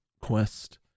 Quest